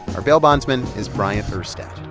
our bail bondsman is bryant erstat.